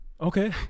Okay